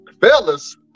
fellas